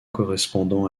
correspondant